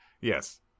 Yes